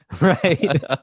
Right